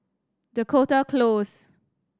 Dakota Close